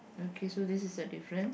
okay so this is a difference